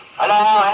Hello